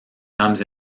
comes